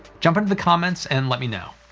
jump into the comments and let me know.